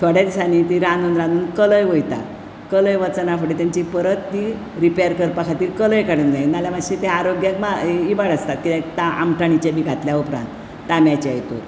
थोडे दिसांनी ती रांदून रांदून कलय वयता कलय वचना फुडें तांची परत ती रिपेर करपा खातीर कलय काडूंक जाय नाल्यार ती आरोग्याक इबाड आसता कित्याक आमठाणीचे बा घातल्या उपरांत तांब्याच्या हेतून